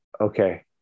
okay